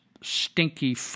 stinky